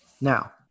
Now